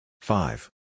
five